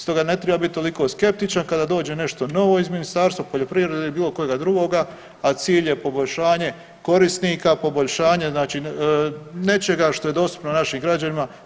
Stoga ne treba biti toliko skeptičan kada dođe nešto novo iz Ministarstva poljoprivrede ili bilo kojega drugoga, a cilj je poboljšanje korisnika, poboljšanje znači nečega što je dostupno našim građanima.